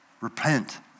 repent